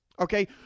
Okay